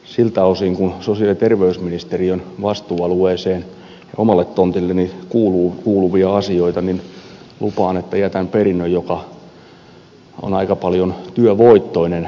siltä osin kuin sosiaali ja terveysministeriön vastuualueeseen omalle tontilleni kuuluu asioita lupaan että jätän perinnön joka on aika paljon työvoittoinen